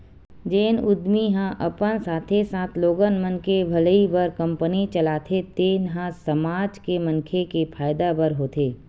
जेन उद्यमी ह अपन साथे साथे लोगन मन के भलई बर कंपनी चलाथे तेन ह समाज के मनखे के फायदा बर होथे